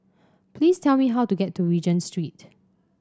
please tell me how to get to Regent Street